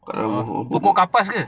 pokok kapas ke